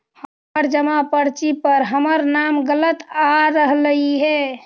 हमर जमा पर्ची पर हमर नाम गलत आ रहलइ हे